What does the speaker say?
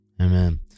amen